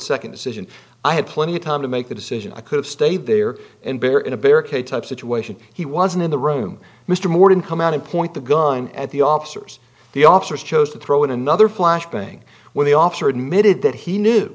second decision i had plenty of time to make the decision i could have stayed there and bear in a barricade type situation he wasn't in the room mr morton come out and point the gun at the officers the officers chose to throw in another flash bang when the officer admitted that he knew